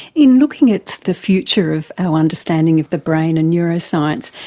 in looking at the future of our understanding of the brain and neuroscience,